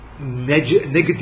negative